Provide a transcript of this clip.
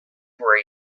where